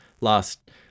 Last